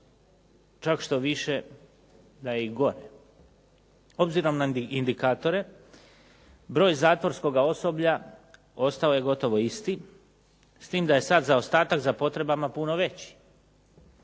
čak štoviše da je i gore. Obzirom na indikatore broj zatvorskoga osoblja ostao je gotovo isti s tim da je sad zaostatak za potrebama puno veći.